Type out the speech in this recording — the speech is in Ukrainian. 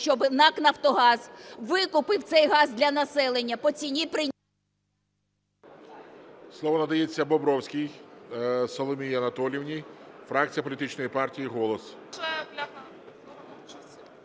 щоб НАК "Нафтогаз" викупив цей газ для населення по ціні… ГОЛОВУЮЧИЙ. Слово надається Бобровській Соломії Анатоліївні, фракція політичної партії "Голос".